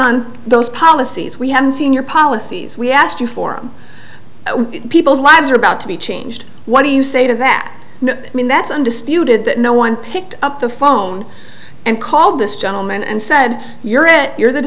on those policies we haven't seen your policies we asked you for what people's lives are about to be changed what do you say to that i mean that's undisputed that no one picked up the phone and called this gentleman and said you're at your the